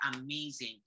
Amazing